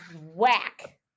whack